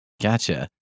gotcha